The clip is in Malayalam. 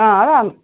ആ അതാണ്